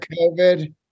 COVID